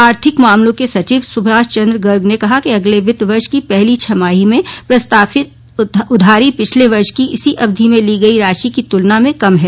आर्थिक मामलों के सचिव सुभाष चंद्र गर्ग ने कहा है कि अगले वित्त वर्ष की पहली छमाही में प्रस्तावित उधारी पिछले वर्ष की इसी अवधि में ली गई राशि की तुलना में कम है